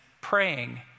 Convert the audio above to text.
praying